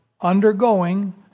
undergoing